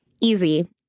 Easy